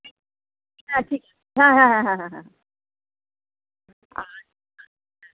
হ্যাঁ ঠিক আছে হ্যাঁ হ্যাঁ হ্যাঁ হ্যাঁ হ্যাঁ হ্যাঁ হ্যাঁ